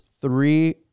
Three